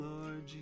Lord